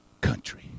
country